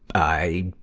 i,